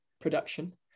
production